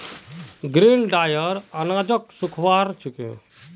grain dryer अनाजक सुखव्वार छिके